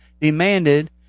demanded